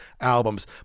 albums